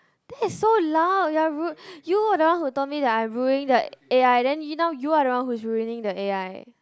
that is so loud you are you are the one who told me I am ruining the A_I then now you are the one who's ruining the A_I